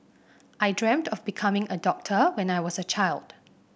I dreamt of becoming a doctor when I was a child